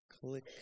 Click